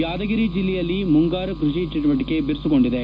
ಯಾದಗಿರಿ ಜಿಲ್ಲೆಯಲ್ಲಿ ಮುಂಗಾರು ಕೃಷಿ ಚಟುವಟಿಕೆ ಬಿರುಸುಗೊಂಡಿದೆ